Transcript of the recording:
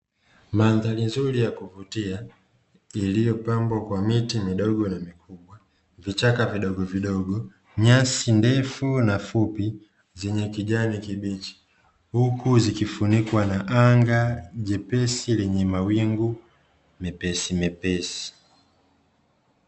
Mandhari nzuri ya kuvutia iliyopambwa kwa miti midogo na mikubwa, vichaka vidogovidogo, nyasi ndefu na fupi zenye kijani kibichi huku zikifunikwa na anga jepesi lenye mawingu mepesimepesi.